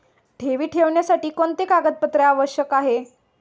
ठेवी ठेवण्यासाठी कोणते कागदपत्रे आवश्यक आहे?